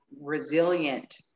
resilient